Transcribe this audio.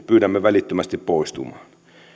pyydämme välittömästi poistumaan